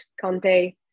Conte